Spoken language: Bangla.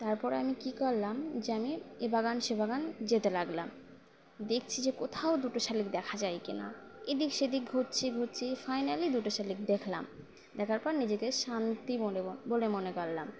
তারপরে আমি কী করলাম যে আমি এ বাগান সে বাগান যেতে লাগলাম দেখছি যে কোথাও দুটো শালিক দেখা যায় কি না এদিক সেদিক ঘুরছি ঘুরছি ফাইনালি দুটো শালিক দেখলাম দেখার পর নিজেকে শান্তি মনে বলে মনে করলাম